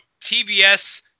TBS